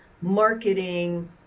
marketing